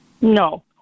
No